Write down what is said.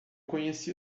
conheci